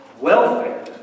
welfare